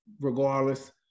regardless